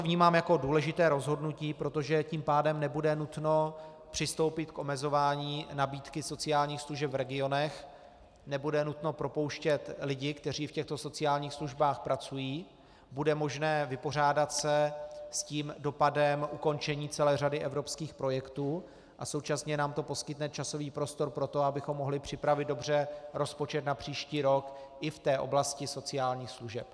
Vnímám to jako důležité rozhodnutí, protože tím pádem nebude nutno přistoupit k omezování nabídky sociálních služeb v regionech, nebude nutno propouštět lidi, kteří v těchto sociálních službách pracují, bude možné se vypořádat s dopadem ukončení celé řady evropských projektů a současně nám to poskytne časový prostor pro to, abychom mohli dobře připravit rozpočet na příští rok i v oblasti sociálních služeb.